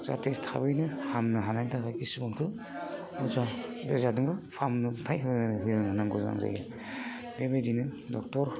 जाहाथे थाबैनो हामनो हानायनि थाखाय किसुमानखो अजा बेजादोनो फाहामनो थाखाय होनांगौ गोनां जायो आरो बेबायदिनो ड'क्टरनावबो